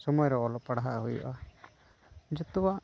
ᱥᱚᱢᱚᱭ ᱨᱮ ᱚᱞᱚᱜ ᱯᱟᱲᱦᱟᱣ ᱦᱩᱭᱩᱜᱼᱟ ᱡᱚᱛᱚᱣᱟᱜ